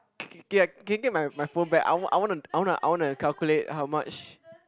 can you get my my phone back I want I wanna I wanna I wanna calculate how much